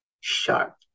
sharp